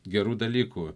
gerų dalykų